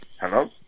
Hello